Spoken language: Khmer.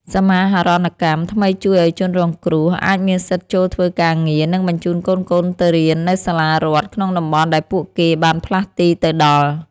សមាហរណកម្មថ្មីជួយឱ្យជនរងគ្រោះអាចមានសិទ្ធិចូលធ្វើការងារ និងបញ្ជូនកូនៗទៅរៀននៅសាលារដ្ឋក្នុងតំបន់ដែលពួកគេបានផ្លាស់ទីទៅដល់។